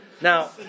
now